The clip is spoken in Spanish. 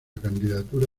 candidatura